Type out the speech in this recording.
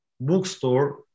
bookstore